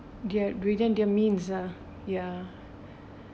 their within their means ah ya